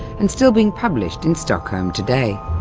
and still being published in stockholm today.